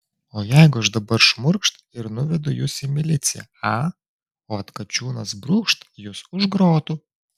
o jeigu aš dabar šmurkšt ir nuvedu jus į miliciją a o atkočiūnas brūkšt jus už grotų